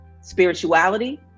spirituality